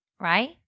right